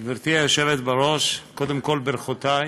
בשם, גברתי היושבת בראש, קודם כול, ברכותי